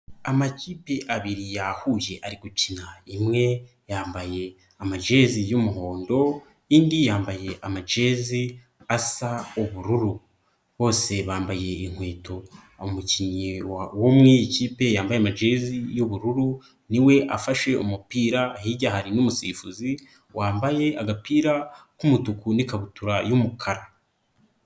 Amakipe abiri yahuye ari gukina, imwe yambaye amajezi y'umuhondo, indi yambaye amajezi asa ubururu, bose bambaye inkweto umukinnyi wo muri iyi kipe yambaye jezi y'ubururu niwe afashe umupira hirya hari n'umusifuzi wambaye agapira k'umutuku n'ikabutura y'umukara.